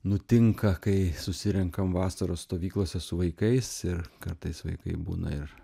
nutinka kai susirenkam vasaros stovyklose su vaikais ir kartais vaikai būna ir